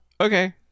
okay